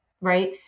right